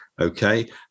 okay